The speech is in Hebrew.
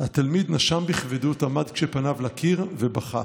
התלמיד נשם בכבדות, עמד כשפניו לקיר ובכה.